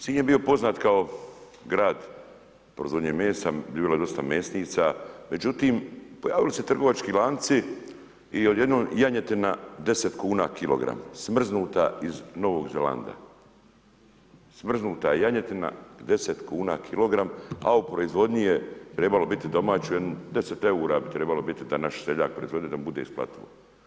Sinj je bio poznat kao grad proizvodnje mesa, bilo je dosta mesnica, međutim, pojavili su se trgovački lanci i odjednom janjetina 10 kn kilogram, smrznuta iz Novog Zelanda, smrznuta janjetina 10 kn kilogram, a u proizvodnji je trebao biti domaćem 10 eura bi trebalo biti da naš seljak proizvodi da mu bude isparljivo.